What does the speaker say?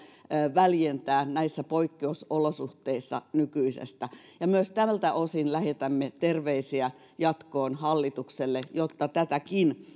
väljentää nykyisestä näissä poikkeusolosuhteissa myös tältä osin lähetämme terveisiä jatkoon hallitukselle jotta tätäkin